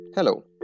Hello